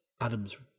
Adams